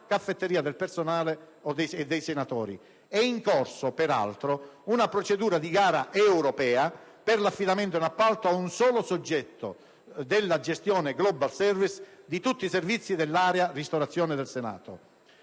(caffetteria del personale e dei senatori). È in corso, peraltro, una procedura di gara europea per l'affidamento in appalto a un solo soggetto della gestione *global service* di tutti i servizi dell'area ristorazione del Senato.